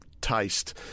taste